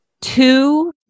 two